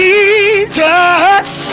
Jesus